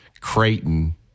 Creighton